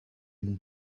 mon